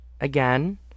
Again